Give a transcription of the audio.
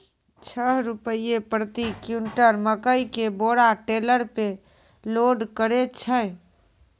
छह रु प्रति क्विंटल मकई के बोरा टेलर पे लोड करे छैय?